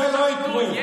זה לא יקרה.